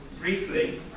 briefly